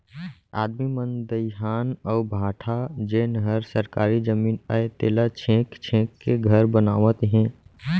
आदमी मन दइहान अउ भाठा जेन हर सरकारी जमीन अय तेला छेंक छेंक के घर बनावत हें